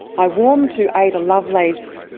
i warmed to ada lovelace,